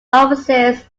offices